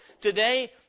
Today